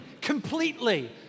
completely